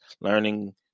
learning